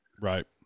Right